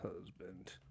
husband